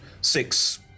six